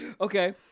okay